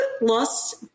lost